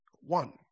One